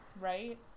right